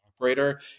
Operator